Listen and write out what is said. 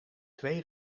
twee